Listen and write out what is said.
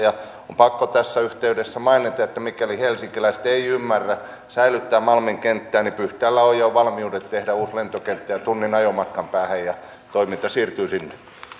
on pakko tässä yhteydessä mainita että mikäli helsinkiläiset eivät ymmärrä säilyttää malmin kenttää niin pyhtäällä on jo valmiudet tehdä uusi lentokenttä tunnin ajomatkan päähän ja toiminta siirtyy sinne